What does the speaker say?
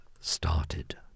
started